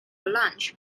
lunch